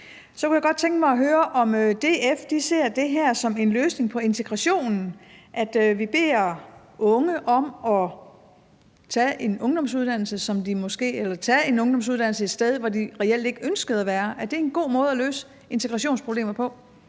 Så kunne jeg godt tænke mig at høre, om DF ser det her som en løsning på integrationen, altså at vi beder unge om at tage en ungdomsuddannelse et sted, hvor de reelt ikke ønsker at være? Er det en god måde at løse integrationsproblemer på?